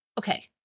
Okay